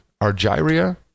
Argyria